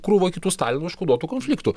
krūva kitų stalino užkoduotų konfliktų